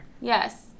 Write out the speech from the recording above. Yes